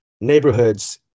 neighborhoods